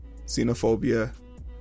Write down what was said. xenophobia